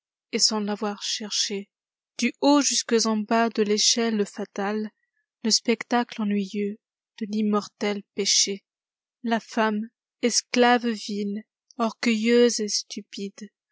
et sans tavoir cherché du haut jusques en bas de l'échelle fatale le spectacle ennuyeux de l'immortel péché la femme esclave vile orgueilleuse et stupide